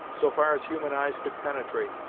so far as human eyes could penetrate,